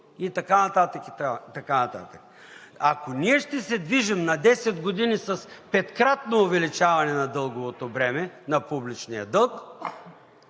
и така нататък. Ако ние ще се движим на 10 години с петкратно увеличаване на дълговото бреме на публичния дълг,